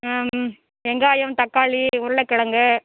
வெங்காயம் தக்காளி உருளைக்கெழங்கு